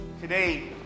Today